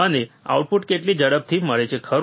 મને આઉટપુટ કેટલી ઝડપથી મળે છે ખરું